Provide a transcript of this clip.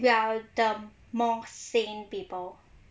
we're the more sane people